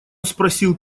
спросил